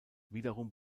wiederum